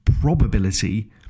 probability